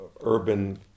urban